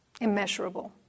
immeasurable